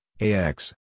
AX